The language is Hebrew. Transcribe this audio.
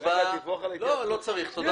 הצבעה בעד 5 נגד